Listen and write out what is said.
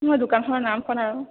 মোৰ দোকানখনৰ নাম